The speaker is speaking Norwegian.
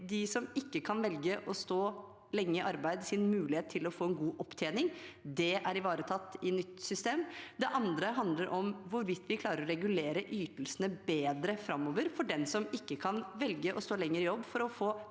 31. jan. – Ordinær spørretime 2235 som sin mulighet til å få en god opptjening. Det er ivaretatt i nytt system. Det andre handler om hvorvidt vi klarer å regulere ytelsene bedre framover for dem som ikke kan velge å stå lenger i jobb for å få